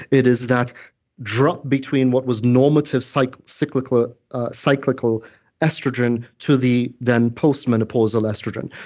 it is that drop between what was normative so like cyclical cyclical estrogen to the then post-menopausal estrogen.